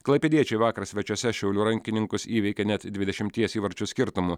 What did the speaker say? klaipėdiečiai vakar svečiuose šiaulių rankininkus įveikė net dvidešimties įvarčių skirtumu